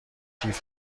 کیف